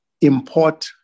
import